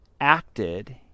acted